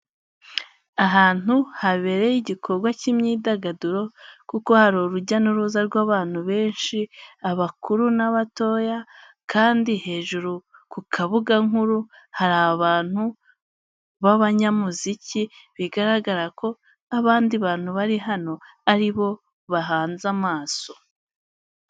Ahantu habereye igikorwa cy'imyidagaduro kuko hari urujya n'uruza rw'abantu benshi, abakuru n'abatoya kandi hejuru ku kabugankuru hari abantu b'abanyamuziki. Bigaragara ko abandi bantu bari hano ari bo bahanze amaso.